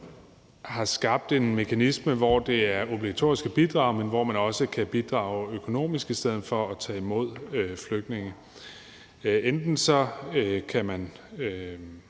har skabt en mekanisme, hvor det er obligatorisk at bidrage, men hvor man også kan bidrage økonomisk i stedet for at tage imod flygtninge. Enten kan man